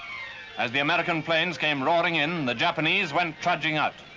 as the american planes came roaring in, the japanese went trudging out.